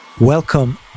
Welcome